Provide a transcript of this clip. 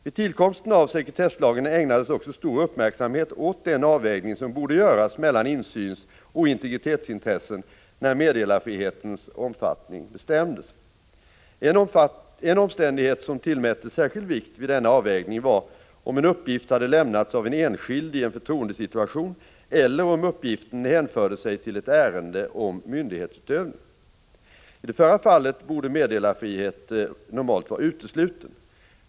Vid tillkomsten av sekretesslagen ägnades också stor uppmärksamhet åt den avvägning som borde göras mellan insynsoch integritetsintressen när meddelarfrihetens omfattning bestämdes. En omständighet som tillmättes särskild vikt vid denna avvägning var om en uppgift hade lämnats av en enskild i en förtroendesituation eller om uppgiften hänförde sig till ett ärende om myndighetsutövning. I det förra fallet borde meddelarfrihet normalt vara utesluten.